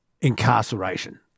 incarceration